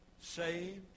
Saved